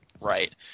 right